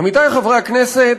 עמיתי חברי הכנסת,